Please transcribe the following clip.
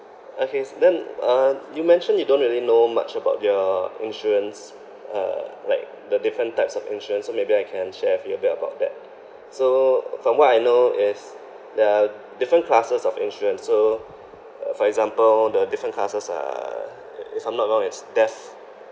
okay then uh you mentioned you don't really know much about your insurance uh like the different types of insurance so maybe I can share with you a bit about that so from what I know is there are different classes of insurance so uh for example the different classes are if I'm not wrong is death